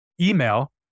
email